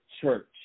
church